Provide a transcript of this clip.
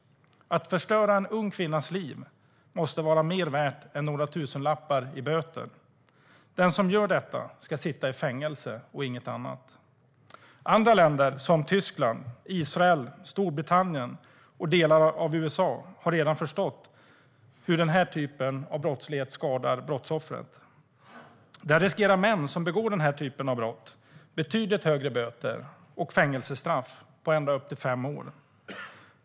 Att förstöra en ung kvinnas liv måste kosta mer än några tusenlappar i böter. Den som gör detta ska sitta i fängelse och inget annat. Andra länder såsom Tyskland, Israel, Storbritannien och delar av USA har redan förstått hur den här typen av brottslighet skadar brottsoffret. Där riskerar män som begår den här typen av brott betydligt högre böter och fängelsestraff på ända upp till fem år.